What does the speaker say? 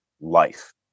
life